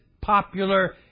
popular